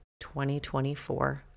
2024